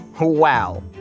Wow